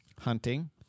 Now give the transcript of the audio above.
hunting